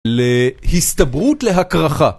להסתברות להקרחה